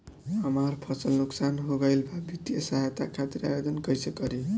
हमार फसल नुकसान हो गईल बा वित्तिय सहायता खातिर आवेदन कइसे करी?